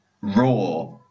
Raw